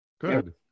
good